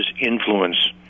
influence